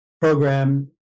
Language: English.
program